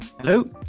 Hello